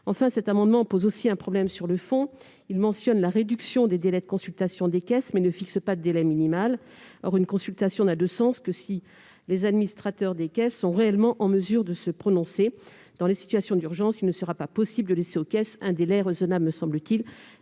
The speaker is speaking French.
d'urgence. D'autre part, sur le fond, l'amendement mentionne la réduction des délais de consultation des caisses, mais ne fixe pas de délai minimal. Or une consultation n'a de sens que si les administrateurs des caisses sont réellement en mesure de se prononcer. Dans les situations d'urgence, il ne sera pas possible de laisser aux caisses un délai raisonnable, me semble-t-il.